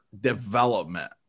development